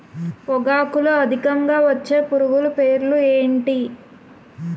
పొగాకులో అధికంగా వచ్చే పురుగుల పేర్లు ఏంటి